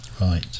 right